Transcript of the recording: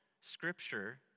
scripture